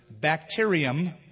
bacterium